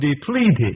depleted